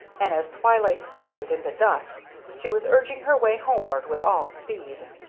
and as twilight deepened into dusk she was urging her way homeward with all speed.